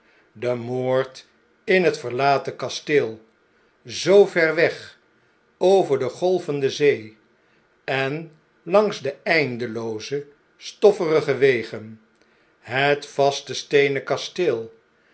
de moord in het verlaten kasteel zoo ver weg over de golvende zee en langs de eindelooze stofferige wegen het vaste steenen kasteel